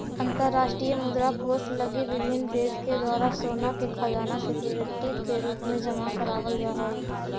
अंतरराष्ट्रीय मुद्रा कोष लगी विभिन्न देश के द्वारा सोना के खजाना सिक्योरिटी के रूप में जमा करावल जा हई